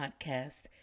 podcast